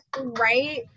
Right